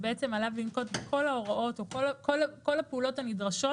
עליו לנקוט בכל ההוראות או כל הפעולות הנדרשות